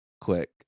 quick